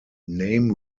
name